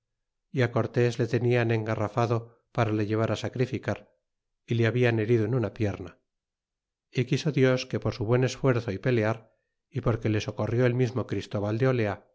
y á cortés le elijan engarrafado para le llevar á sacrificar y le hablan herido en una pierna y quiso dios que por su buen esfuerzo y pelear y porque le socorrió el mismo christóbal de olea